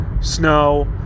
Snow